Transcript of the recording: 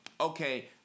okay